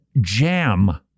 jam